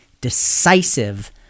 decisive